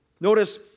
Notice